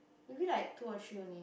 maybe like two or three only